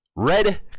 Red